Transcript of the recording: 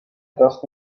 does